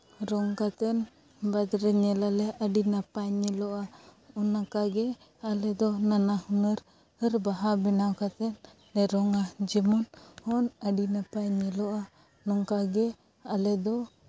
ᱨᱚᱝ ᱠᱟᱛᱮᱫ ᱵᱟᱫᱨᱮ ᱧᱮᱞ ᱟᱞᱮ ᱟᱹᱰᱤ ᱱᱟᱯᱟᱭ ᱧᱮᱞᱚᱜᱼᱟ ᱚᱱᱠᱟ ᱜᱮ ᱟᱞᱮᱫᱚ ᱱᱟᱱᱟ ᱦᱩᱱᱟᱹᱨ ᱵᱟᱦᱟ ᱵᱮᱱᱟᱣ ᱠᱟᱛᱮᱫ ᱞᱮ ᱨᱚᱝᱟ ᱡᱮᱢᱚᱱ ᱟᱹᱰᱤ ᱱᱟᱯᱟᱭ ᱧᱮᱞᱚᱜᱼᱟ ᱱᱚᱝᱠᱟᱜᱮ ᱟᱞᱮ ᱫᱚ